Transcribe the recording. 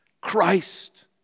Christ